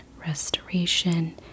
restoration